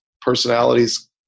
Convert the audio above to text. personalities